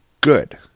good